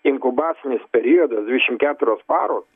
inkubacinis periodas dvidešimt keturios paros